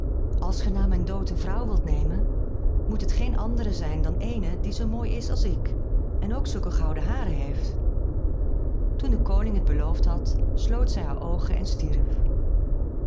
als ge na mijn dood een vrouw wilt nemen moet het geen andere zijn dan eene die zoo mooi is als ik en ook zulke gouden haren heeft toen de koning het beloofd had sloot zij haar oogen en stierf